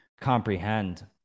comprehend